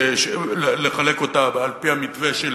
לחלק אותה על-פי המתווה של